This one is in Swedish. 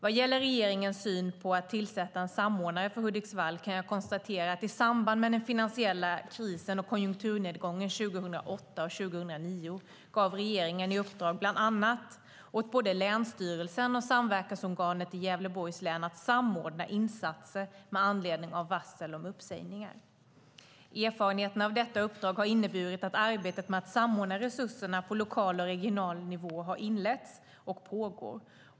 Vad gäller regeringens syn på att tillsätta en samordnare för Hudiksvall kan jag konstatera att i samband med den finansiella krisen och konjunkturnedgången 2008 och 2009 gav regeringen i uppdrag bland annat åt både Länsstyrelsen och samverkansorganet i Gävleborgs län att samordna insatser med anledning av varsel om uppsägningar. Erfarenheterna av detta uppdrag har inneburit att arbetet med att samordna resurserna på lokal och regional nivå har inletts och pågår.